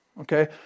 okay